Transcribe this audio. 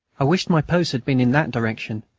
i wished my post had been in that direction,